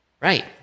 right